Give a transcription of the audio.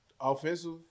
Offensive